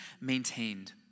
maintained